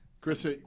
Chris